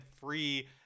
free